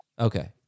Okay